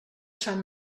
sant